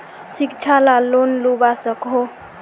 शिक्षा ला लोन लुबा सकोहो?